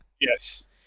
Yes